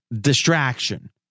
Distraction